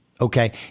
Okay